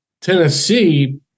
Tennessee